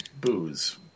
booze